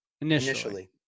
initially